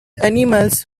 animals